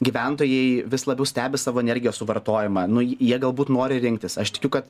gyventojai vis labiau stebi savo energijos suvartojimą nu jie galbūt nori rinktis aš tikiu kad